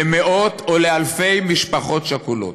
למאות או לאלפי משפחות שכולות.